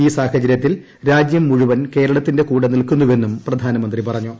ഈ സാഹചര്യത്തിൽ രാജ്യം മുഴുവൻ കേരളത്തിന്റെ കൂടെ നിൽക്കുന്നുവെന്നും പ്രധാനമന്ത്രി പറഞ്ഞു